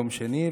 יום שני,